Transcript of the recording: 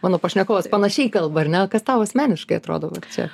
mano pašnekovas panašiai kalba ar ne kas tau asmeniškai atrodo vat čia